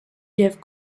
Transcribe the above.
jeff